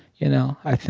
you know, i